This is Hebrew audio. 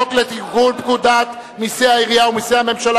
לתיקון פקודת מסי העירייה ומסי הממשלה